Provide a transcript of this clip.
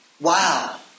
Wow